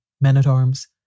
men-at-arms